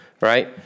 Right